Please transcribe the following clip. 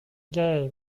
gay